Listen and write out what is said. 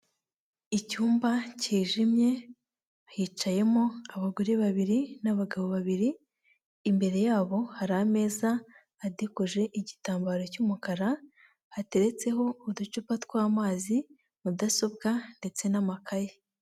Icyumba cyijimye hicayemo abagore babiri n'abagabo babiri, imbere yabo hari ameza adekoje igitambaro cy'umukara, hateretseho uducupa tw'amazi, mudasobwa ndetse n'amakayi.